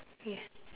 yes